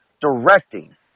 directing